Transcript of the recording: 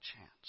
chance